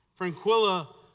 Franquilla